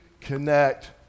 connect